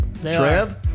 Trev